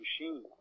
machine